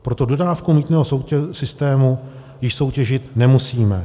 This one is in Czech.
Proto dodávku mýtného systému již soutěžit nemusíme.